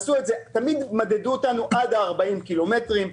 תמיד מדדו אותנו עד 40 קילומטרים.